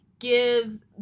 gives